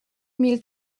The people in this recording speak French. mille